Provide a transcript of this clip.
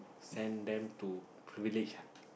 send them to privileged